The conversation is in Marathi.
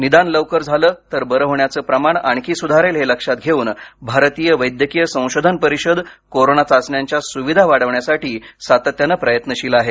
निदान लवकर झालं तर बरे होण्याचं प्रमाण आणखी सुधारेल हे लक्षात घेऊन भारतीय वैद्यकीय संशोधन परिषद कोरोना चाचण्यांच्या सुविधा वाढवण्यासाठी सातत्यानं प्रयत्नशील आहे